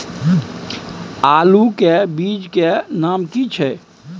आलू के बीज के नाम की छै?